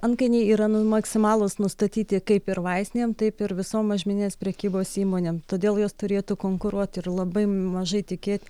antkainiai yra maksimalūs nustatyti kaip ir vaistinėm taip ir visom mažmeninės prekybos įmonėm todėl jos turėtų konkuruoti ir labai mažai tikėti